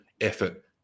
effort